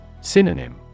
Synonym